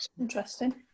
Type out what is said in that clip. interesting